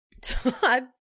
Todd